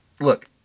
Look